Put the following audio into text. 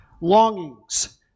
longings